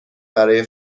برای